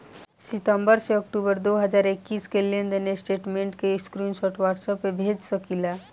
सितंबर से अक्टूबर दो हज़ार इक्कीस के लेनदेन स्टेटमेंट के स्क्रीनशाट व्हाट्सएप पर भेज सकीला?